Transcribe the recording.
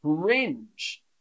cringe